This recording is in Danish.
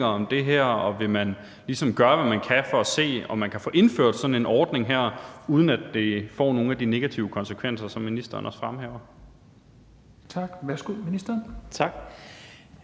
om det her, og vil man så gøre, hvad man kan for at se, om man kan få indført sådan en ordning her, uden at det får nogen af de negative konsekvenser, som ministeren også fremhæver? Kl. 13:42 Fjerde